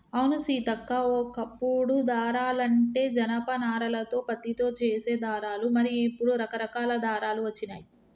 అవును సీతక్క ఓ కప్పుడు దారాలంటే జనప నారాలతో పత్తితో చేసే దారాలు మరి ఇప్పుడు రకరకాల దారాలు వచ్చినాయి